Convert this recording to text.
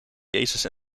jezus